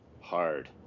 hard